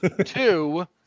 Two